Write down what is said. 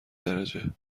درجه